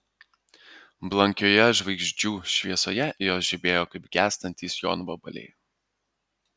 blankioje žvaigždžių šviesoje jos žibėjo kaip gęstantys jonvabaliai